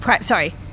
sorry